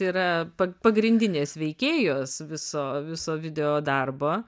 yra pa pagrindinės veikėjos viso viso video darbo